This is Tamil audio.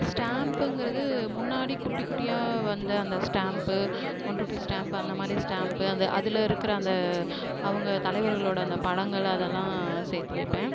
ஸ்டாம்புங்கிறது முன்னாடி குட்டிக் குட்டியாக வந்த அந்த ஸ்டாம்ப் ஒன் ரூபி ஸ்டாம்ப் அந்த மாதிரி ஸ்டாம்ப் அந்த அதில் இருக்கிற அந்த அவங்க தலைவர்களோட அந்த படங்கள் அதெல்லாம் சேர்த்து வைப்பேன்